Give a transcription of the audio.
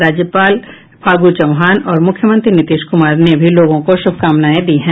राज्यपाल फागू चौहान और मुख्यमंत्री नीतीश कुमार ने भी लोगों को शुभकामनाए दी हैं